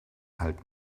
halt